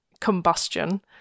combustion